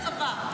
ללכת לצבא,